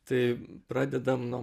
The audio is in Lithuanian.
tai pradedam nuo